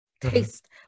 taste